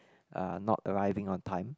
uh not arriving on time